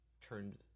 turned